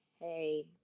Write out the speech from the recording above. hey